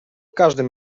każdym